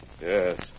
Yes